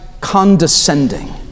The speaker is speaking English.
condescending